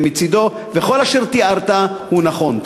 וכל אשר תיארת הוא נכון.